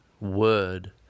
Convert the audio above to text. word